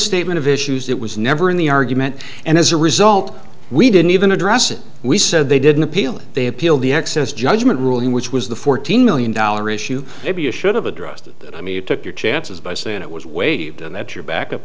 statement of issues it was never in the argument and as a result we didn't even address it we said they didn't appeal and they appealed the excess judgment ruling which was the fourteen million dollar issue maybe i should have addressed it i mean you took your chances by saying it was waived and that you're back